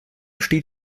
steht